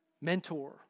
mentor